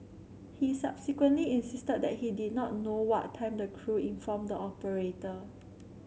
he subsequently insisted that he did not know what time the crew informed the operator